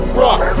rock